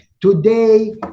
Today